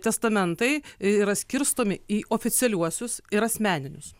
testamentai yra skirstomi į oficialiuosius ir asmeninius